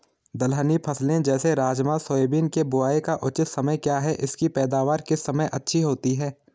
दलहनी फसलें जैसे राजमा सोयाबीन के बुआई का उचित समय क्या है इसकी पैदावार किस समय अच्छी होती है?